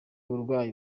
uburwayi